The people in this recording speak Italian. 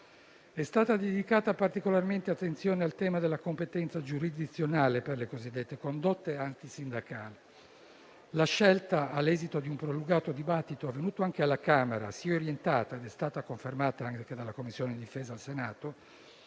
È stata dedicata particolare attenzione al tema della competenza giurisdizionale per le cosiddette condotte antisindacali. La scelta, all'esito di un prolungato dibattito avvenuto anche alla Camera, si è orientata - ed è stata confermata anche dalla Commissione difesa al Senato